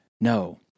No